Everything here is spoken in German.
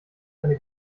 eine